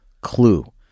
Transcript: clue